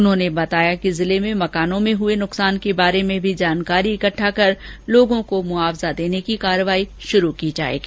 उन्होंने बताया कि जिले में मकानों में हुए नुकसान के बारे में भी जानकारी इकट्ठा कर लोगों को मुआवजा देने की कार्यवाही शुरू की जायेगी